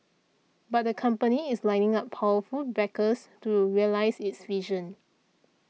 but the company is lining up powerful backers to realise its vision